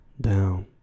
down